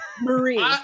Marie